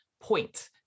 point